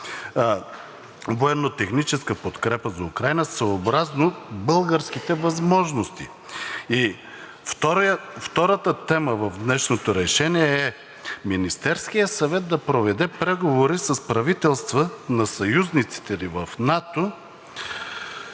военно-техническа подкрепа за Украйна съобразно българските възможности. Втората тема в днешното решение е Министерският съвет да проведе преговори с правителства на съюзниците ни в НАТО